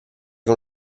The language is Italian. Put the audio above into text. con